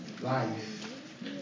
Life